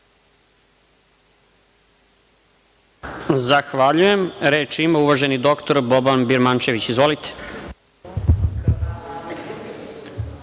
Zahvaljujem. Reč ima uvaženi dr Boban Birmančević. Izvolite.